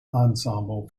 ensemble